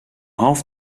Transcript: half